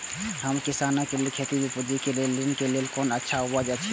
हम किसानके लेल खेती में पुंजी के लेल ऋण के लेल कोन अच्छा उपाय अछि?